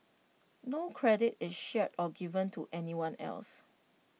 no credit is shared or given to anyone else